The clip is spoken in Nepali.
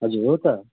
हजुर हो त